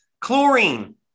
Chlorine